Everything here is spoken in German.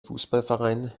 fußballverein